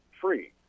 free